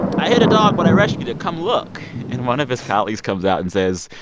i hit a dog but i rescued it, come look. and one of his colleagues comes out and says,